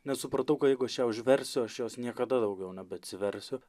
nes supratau ka jeigu aš ją užversiu aš jos niekada daugiau nebeatsiversiu